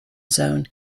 zone